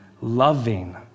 loving